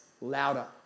Louder